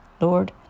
Lord